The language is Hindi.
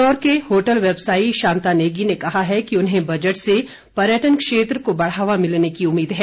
किन्नौर की होटल व्यवसायी शांता नेगी ने कहा है कि उन्हें बजट से पर्यटन क्षेत्र को बढ़ावा मिलने की उम्मीद है